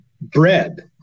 Bread